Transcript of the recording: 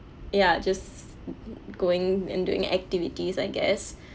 ya just going and doing activities I guess